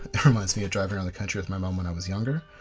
it reminds me of driving around the country with my mom, when i was younger.